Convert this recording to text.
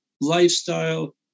lifestyle